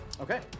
Okay